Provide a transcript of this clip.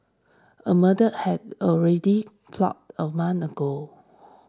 a murder had already plotted a month ago